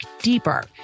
deeper